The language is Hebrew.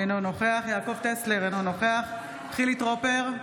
אינו נוכח יעקב טסלר, אינו נוכח חילי טרופר,